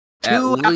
two